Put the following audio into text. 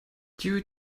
due